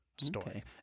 story